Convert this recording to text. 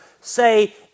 say